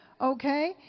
okay